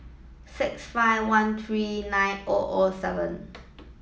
six five one three nine O O seven